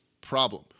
problem